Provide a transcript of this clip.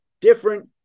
different